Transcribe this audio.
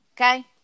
Okay